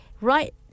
right